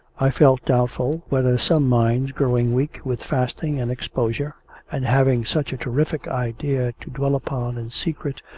i felt doubtful whether some minds, growing weak with fasting and exposure and having such a terrific idea to dwell upon in secret,